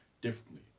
differently